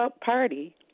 party